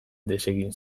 desegin